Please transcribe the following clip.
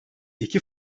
iki